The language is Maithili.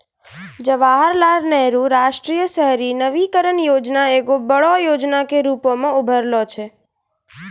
जवाहरलाल नेहरू राष्ट्रीय शहरी नवीकरण योजना एगो बड़ो योजना के रुपो मे उभरलो छै